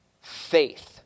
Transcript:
faith